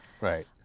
Right